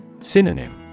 Synonym